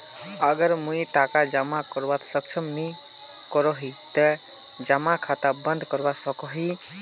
अगर मुई टका जमा करवात सक्षम नी करोही ते जमा खाता बंद करवा सकोहो ही?